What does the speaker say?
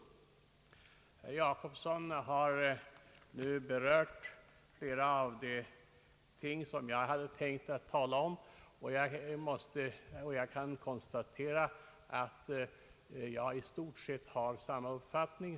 Herr Jacobsson har nu berört flera av de ting som jag hade tänkt tala om, och jag kan konstatera att vi i stort sett har samma uppfattning.